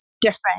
different